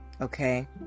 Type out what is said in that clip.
Okay